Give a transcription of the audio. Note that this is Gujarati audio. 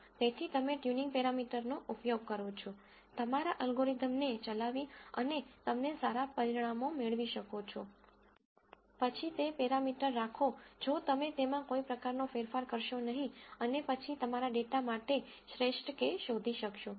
તેથી તમે ટ્યુનિંગ પેરામીટરનો ઉપયોગ કરો છો તમારા અલ્ગોરિધમને' ચલાવી અને તમે સારા પરિણામો મેળવો છે પછી તે પેરામીટર રાખો જો તમે તેમાં કોઈ પ્રકારનો ફેરફાર કરશો નહીં અને પછી તમારા ડેટા માટે શ્રેષ્ઠ k શોધી શકશો